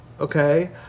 okay